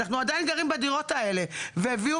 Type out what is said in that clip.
אנחנו עדיין גרים בדירות האלה והביאו